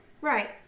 Right